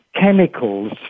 chemicals